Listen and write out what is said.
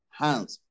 hands